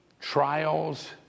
trials